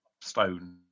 stone